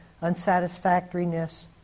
unsatisfactoriness